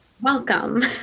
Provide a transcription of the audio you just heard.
Welcome